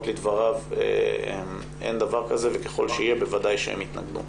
לדבריו אין דבר כזה וככל שיהיה בוודאי שהם יתנגדו.